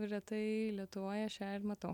retai lietuvoje aš ją ir matau